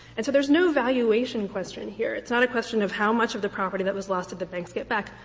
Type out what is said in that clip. and so there's no valuation question here. it's not a question of how much of the property that was lost did the banks get back.